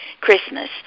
Christmas